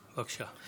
בבקשה.